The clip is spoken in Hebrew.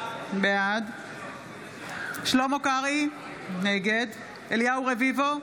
בעד שלמה קרעי, נגד אליהו רביבו,